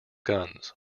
guns